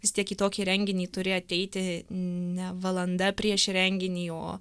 vis tiek į tokį renginį turi ateiti ne valanda prieš renginį o